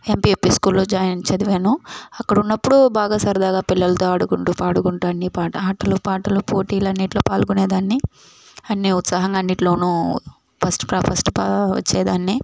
MPP స్కూల్లో join చదివాను అక్కడున్నప్పుడు బాగా సరదాగా పిల్లలతో ఆడుకుంటూ పాడుకుంటా అన్ని పాట ఆటలు పాటలు పోటీలన్నిట్లో పాల్గొనేదాన్ని అన్ని ఉత్సాహంగా అన్నిట్లోనూ ఫస్ట్ పా ఫస్ట్ పా వచ్చేదాన్ని